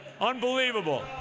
Unbelievable